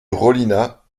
rollinat